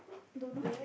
don't know